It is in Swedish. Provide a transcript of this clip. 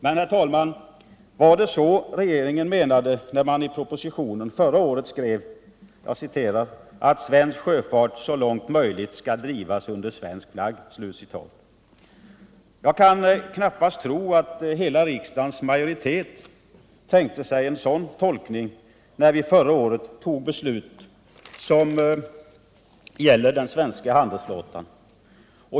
Men, herr talman, var det så regeringen menade, när den i propositionen förra året skrev att ”svensk sjöfart så långt möjligt skall drivas under svensk flagg”? Jag kan knappast tro att riksdagens majoritet tänkte sig en sådan tolkning när vi förra året tog beslut som gäller den svenska handelsflottan.